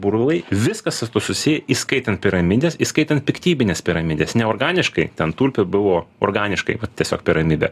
burbulai viskas su tuo susiję įskaitant piramides įskaitant piktybines piramides neorganiškai ten tulpė buvo organiškai vat tiesiog piramidė